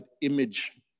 image